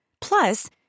Plus